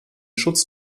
schutz